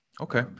Okay